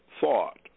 thought